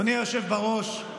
אדוני היושב בראש,